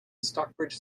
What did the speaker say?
stockbridge